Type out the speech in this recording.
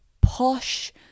posh